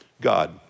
God